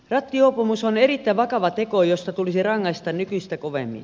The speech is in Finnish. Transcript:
rattijuopumus on erittäin vakava teko josta tulisi rangaista nykyistä kovemmin